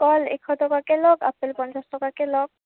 কল এশ টকাকৈ লওক আপেল পঞ্চাছ টকাকৈ লওক